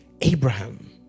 Abraham